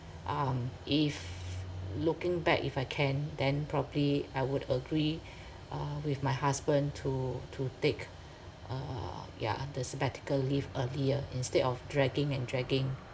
um if looking back if I can then probably I would agree uh with my husband to to take uh ya the sabbatical leave earlier instead of dragging and dragging